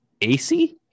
AC